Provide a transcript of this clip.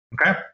Okay